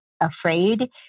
afraid